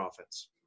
offense